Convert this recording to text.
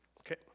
Okay